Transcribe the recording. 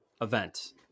event